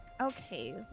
okay